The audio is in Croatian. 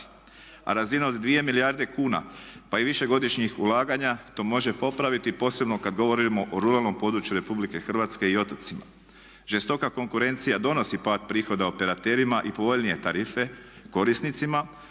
A razina od 2 milijarde kuna pa i višegodišnjih ulaganja to može popraviti posebno kada govorimo o ruralnom području Republike Hrvatske i otocima. Žestoka konkurencija donosi pad prihoda operaterima i povoljnije tarife korisnicima,